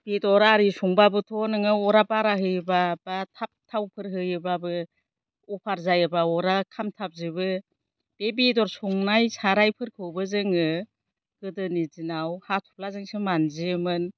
बेदर आरि संबाबोथ' नोङो अरा बारा होयोबा बा थाब थाव होयोबाबो अफार जायोबा अरा खामथाबजोबो बे बेदर संनाय सारायफोरखौबो जोङो गोदो नि दिनाव हाथ'फ्लाजोंसो मानजियोमोन